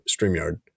Streamyard